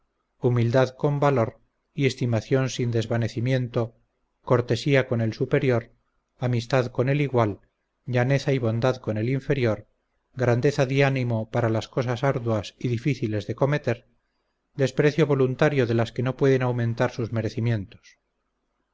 humildad con valor y estimación sin desvanecimiento cortesía con el superior amistad con el igual llaneza y bondad con el inferior grandeza de ánimo para las cosas arduas y difíciles de cometer desprecio voluntario de las que no pueden aumentar sus merecimientos